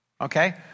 Okay